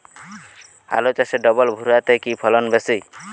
আলু চাষে ডবল ভুরা তে কি ফলন বেশি?